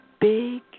big